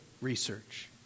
research